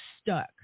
stuck